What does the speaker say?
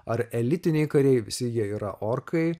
ar elitiniai kariai visi jie yra orkai